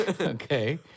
Okay